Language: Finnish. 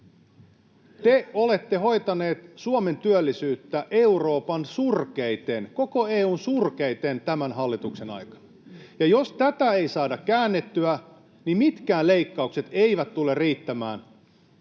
Te olette hoitaneet Suomen työllisyyttä Euroopan surkeiten, koko EU:n surkeiten tämän hallituksen aikana, ja jos tätä ei saada käännettyä, niin mitkään leikkaukset eivät tule riittämään